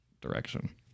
direction